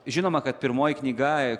žinoma kad pirmoji knyga